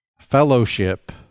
Fellowship